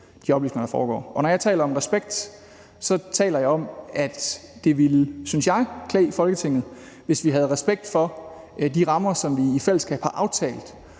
når jeg taler om respekt, taler jeg om, at jeg synes, det ville klæde Folketinget, hvis vi havde respekt for de rammer, som vi i fællesskab har aftalt